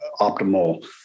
optimal